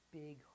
big